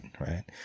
right